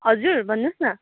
हजुर भन्नुहोस् न